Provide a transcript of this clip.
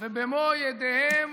ובמו ידיהם